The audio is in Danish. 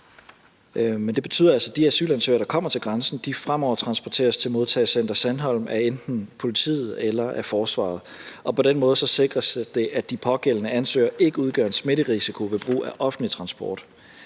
vi lukkede grænsen delvist – fremover transporteres til modtagecenteret Sandholm af enten politiet eller af forsvaret. Og på den måde sikres det, at de pågældende ansøgere ikke udgør en smitterisiko ved brug af offentlig transport.